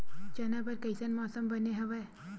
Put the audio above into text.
चना बर कइसन मौसम बने हवय?